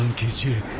kitchen.